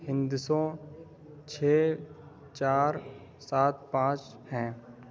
ہندسوں چھ چار سات پانچ ہیں